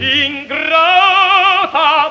ingrata